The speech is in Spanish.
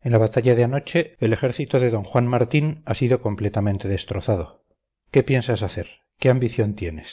en la batalla de anoche el ejército de d juan martín ha sido completamente destrozado qué piensas hacer qué ambición tienes